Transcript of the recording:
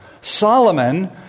Solomon